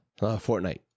Fortnite